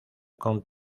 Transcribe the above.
con